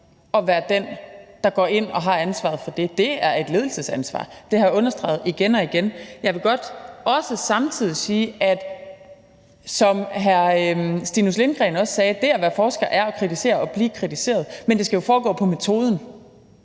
at være den, der går ind og har ansvaret for det. Det er et ledelsesansvar. Det har jeg understreget igen og igen. Jeg vil samtidig også godt sige, at som hr. Stinus Lindgreen også sagde, er det at være forsker at kritisere og blive kritiseret, men det skal jo foregå på metoden;